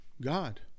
god